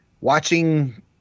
watching